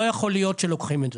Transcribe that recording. לא יכול להיות שלוקחים את זה.